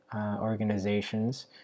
organizations